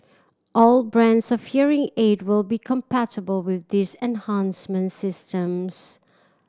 all brands of hearing aid will be compatible with these enhancement systems